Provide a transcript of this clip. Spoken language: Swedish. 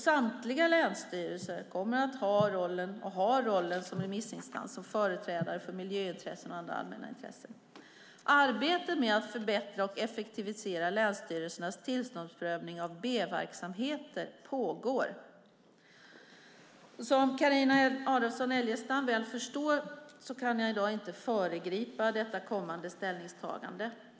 Samtliga länsstyrelser kommer även fortsättningsvis att ha rollen som remissinstans samt som företrädare för miljöintressen och andra allmänna intressen. Arbetet med att förbättra och effektivisera länsstyrelsernas tillståndsprövning av B-verksamheter pågår. Som Carina Adolfsson Elgestam väl förstår kan jag i dag inte föregripa detta kommande ställningstagande.